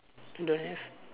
don't have